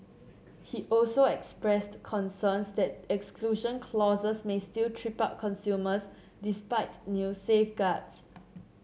he also expressed concerns that exclusion clauses may still trip up consumers despite new safeguards